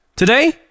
Today